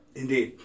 indeed